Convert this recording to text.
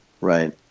right